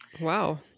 Wow